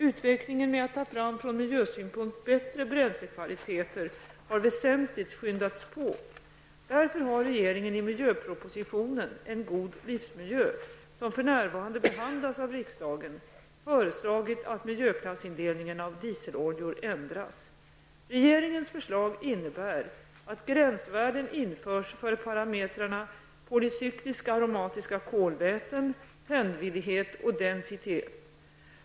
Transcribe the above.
Utvecklingen med att ta fram från miljösynpunkt bättre bränslekvaliteter har väsentligt skyndats på. Därför har regeringen i miljöpropositionen En god livsmiljö, som för närvarande behandlas av riksdagen, föreslagit att miljöklassindelningen av dieseloljor ändras. Regeringens förslag innebär att gränsvärden införs för parametrarna polycykliska aromatiska kolväten, tändvillighet och densitet.